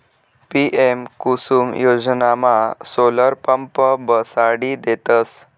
PM Kusum योजनामा solar pump बसाडी देतस